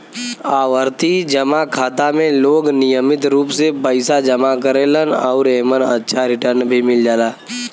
आवर्ती जमा खाता में लोग नियमित रूप से पइसा जमा करेलन आउर एमन अच्छा रिटर्न भी मिल जाला